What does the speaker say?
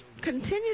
continue